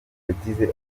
yagize